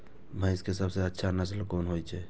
भैंस के सबसे अच्छा नस्ल कोन होय छे?